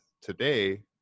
today